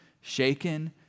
shaken